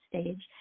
stage